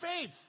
faith